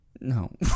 no